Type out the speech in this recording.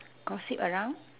gossip around